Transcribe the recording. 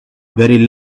very